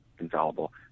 infallible